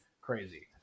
Crazy